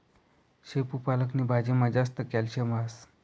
शेपू पालक नी भाजीमा जास्त कॅल्शियम हास